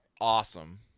awesome